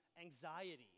Anxiety